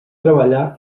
treballar